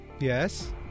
yes